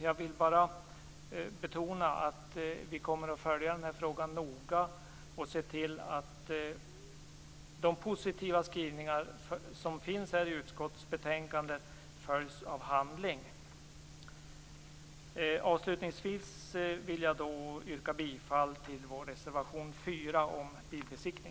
Jag vill bara betona att vi kommer att följa frågan noga och se till att de positiva skrivningar som finns i utskottsbetänkandet följs av handling. Avslutningsvis yrkar jag bifall till vår reservation